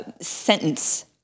sentence